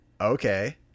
okay